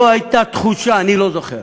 לא הייתה תחושה, אני לא זוכר